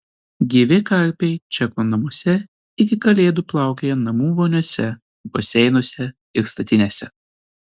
gyvi karpiai čekų namuose iki kalėdų plaukioja namų voniose baseinuose ir statinėse